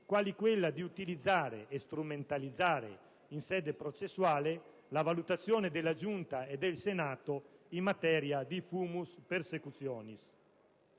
quali quella di utilizzare e strumentalizzare in sede processuale la valutazione della Giunta e del Senato in materia di *fumus persecutionis*.